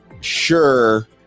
sure